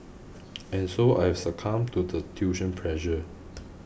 and so I have succumbed to the tuition pressure